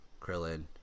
Krillin